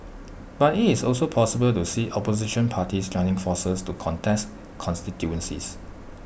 but it's also possible to see opposition parties joining forces to contest constituencies